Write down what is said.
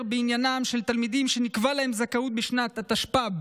בעניינם של תלמידים שנקבעה להם זכאות בשנת התשפ"ב